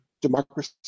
democracy